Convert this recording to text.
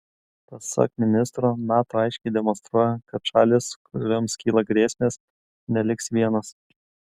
pasak ministro nato aiškiai demonstruoja kad šalys kurioms kyla grėsmės neliks vienos